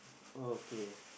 okay